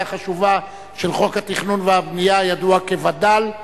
החשובה של חוק התכנון והבנייה הידוע כווד"ל,